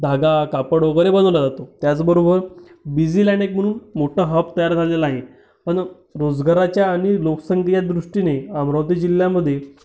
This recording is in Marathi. धागा कापड वगैरे बनवला जातो त्याचबरोबर बिझीलँड एक म्हणून मोठा हब तयार झालेला आहे पण रोजगाराच्या आणि लोकसंख्येच्या दृष्टीने अमरावती जिल्ह्यामध्ये